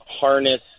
harness